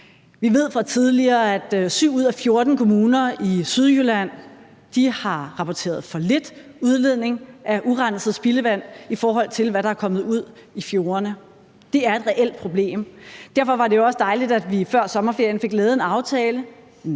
Vi ved fra tidligere, at 7 ud af 14 kommuner i Sydjylland har rapporteret en mindre udledning af urenset spildevand, i forhold til hvad der reelt er kommet ud i fjordene. Det er et reelt problem. Derfor var det også dejligt, at vi før sommerferien fik lavet en aftale,